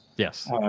Yes